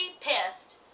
pissed